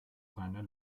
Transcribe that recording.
reiner